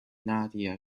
nadia